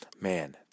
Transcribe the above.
man